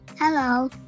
Hello